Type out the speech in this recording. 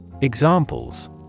Examples